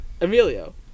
Emilio